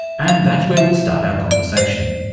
and that's where we'll start our conversation.